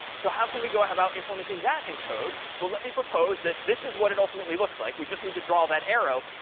so how can we go about implementing that in code? well, let me propose that this is what it ultimately looks like. we just need to draw that arrow.